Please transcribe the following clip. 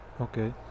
Okay